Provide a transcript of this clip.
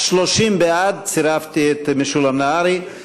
אז 30 בעד, צירפתי את משולם נהרי.